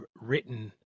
written